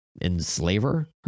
enslaver